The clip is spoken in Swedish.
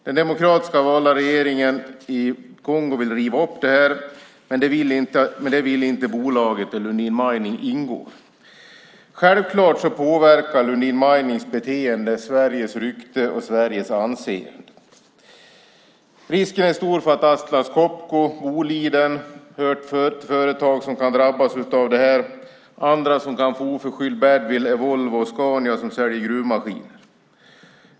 Den demokratiskt valda regeringen i Kongo vill riva upp det, men det vill inte det bolag där Lundin Mining ingår. Självklart påverkar Lundin Minings beteende Sveriges rykte och anseende. Risken är stor att Atlas Copco, Boliden och andra företag kan drabbas av det här. Andra som kan få oförskyld badwill är Volvo och Scania som säljer gruvmaskiner.